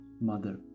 Mother